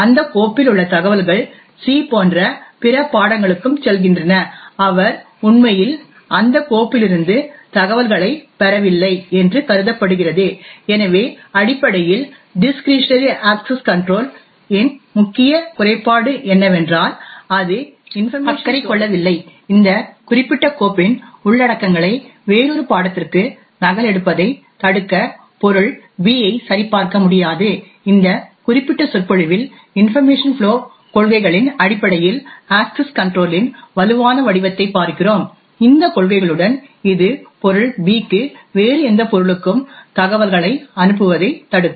அந்த கோப்பில் உள்ள தகவல்கள் C போன்ற பிற பாடங்களுக்கும் செல்கின்றன அவர் உண்மையில் அந்த கோப்பிலிருந்து தகவல்களைப் பெறவில்லை என்று கருதப்படுகிறது எனவே அடிப்படையில் டிஸ்க்ரிஷனரி அக்சஸ் கன்ட்ரோல் இன் முக்கிய குறைபாடு என்னவென்றால் அது இன்பர்மேஷன் ஃப்ளோ ஐ அக்கறை கொள்ளவில்லை இந்த குறிப்பிட்ட கோப்பின் உள்ளடக்கங்களை வேறொரு பாடத்திற்கு நகலெடுப்பதைத் தடுக்க பொருள் B ஐ சரிபார்க்க முடியாது இந்த குறிப்பிட்ட சொற்பொழிவில் இன்பர்மேஷன் ஃப்ளோ கொள்கைகளின் அடிப்படையில் அக்சஸ் கன்ட்ரோல் இன் வலுவான வடிவத்தைப் பார்க்கிறோம் இந்தக் கொள்கைகளுடன் இது பொருள் B க்கு வேறு எந்த பொருளுக்கும் தகவல்களை அனுப்புவதைத் தடுக்கும்